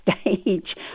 stage